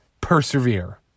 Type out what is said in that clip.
persevere